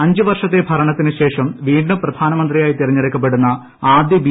അഞ്ചുവർഷത്തെ ഭരണത്തിനു ശേഷം വീണ്ടും പ്രധാനമന്ത്രിയായി തിരഞ്ഞെടുക്കപ്പെടുന്ന ആദ്യ ബി